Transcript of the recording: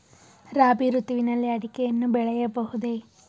ರಾಬಿ ಋತುವಿನಲ್ಲಿ ಅಡಿಕೆಯನ್ನು ಬೆಳೆಯಬಹುದೇ?